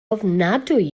ofnadwy